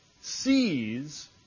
sees